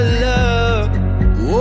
love